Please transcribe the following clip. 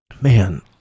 Man